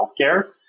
healthcare